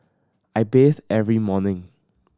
I bathe every morning